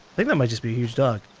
think that might just be a huge dog.